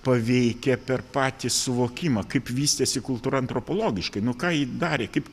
paveikia per patį suvokimą kaip vystėsi kultūra antropologiškai nu ką ji darė kaip